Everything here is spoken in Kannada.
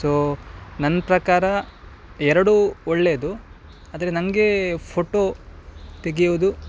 ಸೊ ನನ್ನ ಪ್ರಕಾರ ಎರಡು ಒಳ್ಳೆಯದು ಆದರೆ ನನಗೆ ಫೋಟೋ ತೆಗೆಯುವುದು